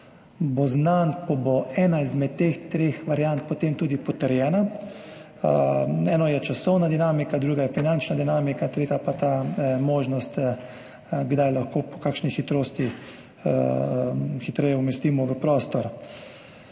bo znan, ko bo ena izmed teh treh variant potem tudi potrjena. Eno je časovna dinamika, druga je finančna dinamika, tretja pa ta možnost, kdaj lahko po kakšni hitrosti hitreje umestimo v prostor.